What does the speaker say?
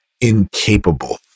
incapable